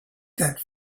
that